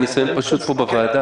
מהניסיון פשוט פה בוועדה,